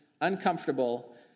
uncomfortable